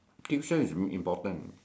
tuition is important